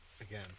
Again